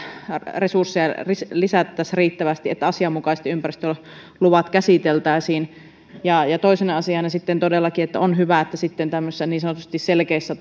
resursseja lisättäisiin riittävästi että asianmukaiset ympäristöluvat käsiteltäisiin toisena asiana sitten todellakin että on hyvä että sitten tämmöisissä niin sanotusti selkeissä